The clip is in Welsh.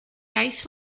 iaith